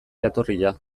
jatorria